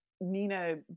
Nina